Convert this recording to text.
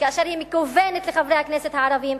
וכאשר היא מכוונת לחברי הכנסת הערבים,